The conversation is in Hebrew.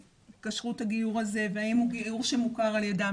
כשרות הגיור הזה והאם הוא גיור שמוכר על ידם.